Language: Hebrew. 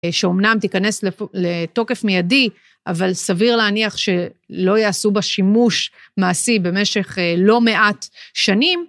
שאומנם תיכנס לתוקף מיידי, אבל סביר להניח שלא יעשו בה שימוש מעשי במשך לא מעט שנים.